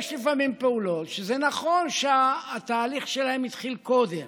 יש לפעמים פעולות שזה נכון שהתהליך שלהן התחיל קודם